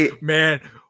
Man